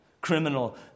criminal